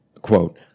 Quote